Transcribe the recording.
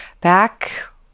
back